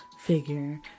figure